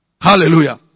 Hallelujah